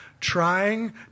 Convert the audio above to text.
trying